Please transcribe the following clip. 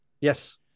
yes